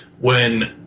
when